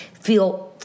feel